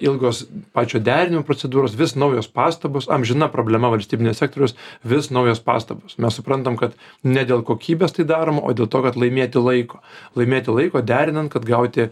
ilgos pačio derinimo procedūros vis naujos pastabos amžina problema valstybinio sektoriaus vis naujos pastabos mes suprantam kad ne dėl kokybės tai daroma o dėl to kad laimėti laiko laimėti laiko derinant kad gauti